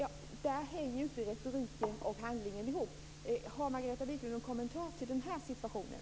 Där hänger inte retorik och handling ihop. Har Margareta Viklund någon kommentar till den här situationen?